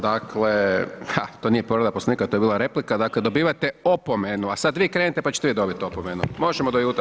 Dakle, to nije povreda Poslovnika, to je bila replika, dakle dobivate opomenu, a sad vi krenite pa ćete i vi dobiti opomenu, možemo do jutra.